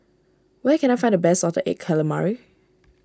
where can I find the best Salted Egg Calamari